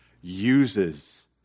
uses